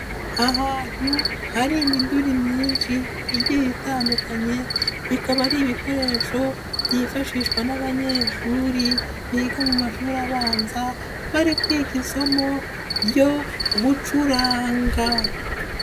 Ahantu hari imiduri myinshi igiye itandukanye, bikaba ari ibikoresho byifashishwa n'abanyeshuri biga mu mashuri abanza bari kwiga isomo ryo gucuranga.